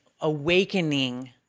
awakening